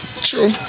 True